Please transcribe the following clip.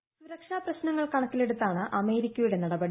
സുരക്ഷാപ്രശ്നങ്ങൾ കണക്കിലെടുത്താണ് അമേരിക്കയുടെ നടപടി